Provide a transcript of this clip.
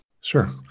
Sure